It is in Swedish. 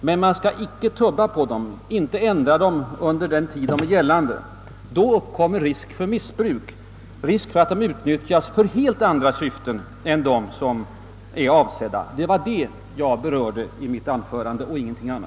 Men man skall icke tubba på dem under den tid de är gällande. Då uppkommer risk för missbruk, risk för att organisationerna kan utnyttjas för andra syften än de avsedda. Det var det och ingenting annat jag framhöll i mitt anförande.